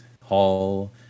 hall